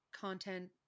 content